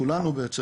כולנו בעצם,